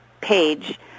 page